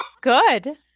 good